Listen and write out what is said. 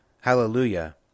Hallelujah